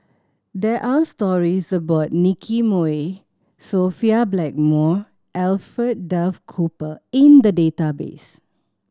there are stories about Nicky Moey Sophia Blackmore Alfred Duff Cooper in the database